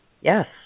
Yes